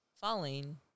falling